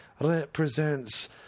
represents